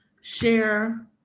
share